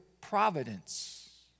providence